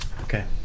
okay